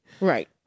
Right